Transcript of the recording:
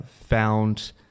found